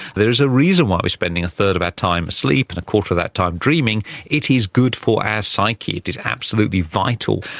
there is a reason why we're spending a third of our time asleep and a quarter of that time dreaming it is good for our psyche. it is absolutely vital.